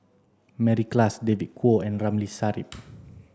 Klass David Kwo and Ramli Sarip